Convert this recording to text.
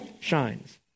shines